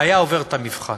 והיה עובר את המבחן.